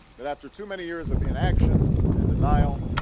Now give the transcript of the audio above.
that after too many years of inaction, and denial,